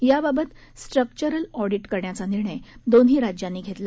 याबाबत structural audit करण्याचा निर्णय दोन्ही राज्यांनी घेतला